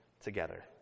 together